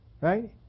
Right